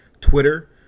Twitter